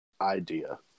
idea